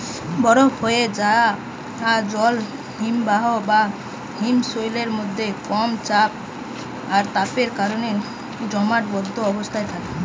বরফ হোয়ে যায়া জল হিমবাহ বা হিমশৈলের মধ্যে কম চাপ আর তাপের কারণে জমাটবদ্ধ অবস্থায় থাকে